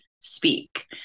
speak